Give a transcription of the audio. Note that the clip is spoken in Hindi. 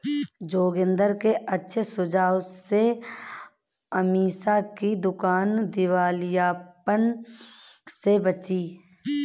जोगिंदर के अच्छे सुझाव से अमीषा की दुकान दिवालियापन से बची